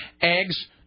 eggs